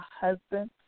husband